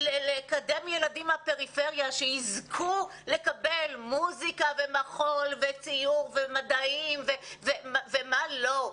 לקדם ילדים מן הפריפריה שיזכו לקבל מוזיקה ומחול וציור ומדעים ומה לא,